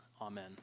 Amen